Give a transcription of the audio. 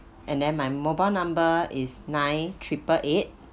and then my mobile number is nine triple eight